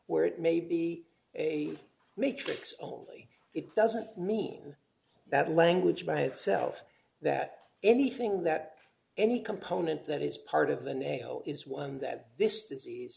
where it may be a matrix only it doesn't mean that language by itself that anything that any component that is part of the nail is one that this disease